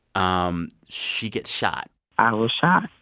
um she gets shot i was shot,